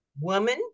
woman